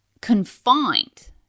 confined